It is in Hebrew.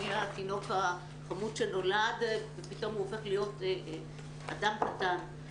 מהתינוק הקטן שנולד ופתאום הוא הופך אדם קטן.